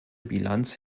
bilanz